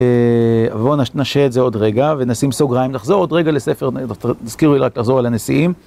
בואו נשהה את זה עוד רגע ונשים סוגריים נחזור עוד רגע לספר, תזכירו לי רק לחזור על הנשיאים.